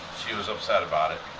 she was upset about it.